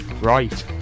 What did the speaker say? Right